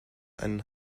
einen